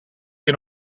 che